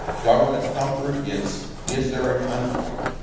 government comfort is, is there a conflict?